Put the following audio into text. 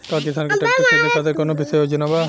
का किसान के ट्रैक्टर खरीदें खातिर कउनों विशेष योजना बा?